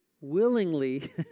willingly